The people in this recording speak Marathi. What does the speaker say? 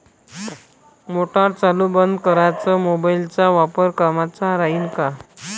मोटार चालू बंद कराच मोबाईलचा वापर कामाचा राहीन का?